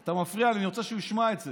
אתה מפריע לי, אני רוצה שהוא ישמע את זה,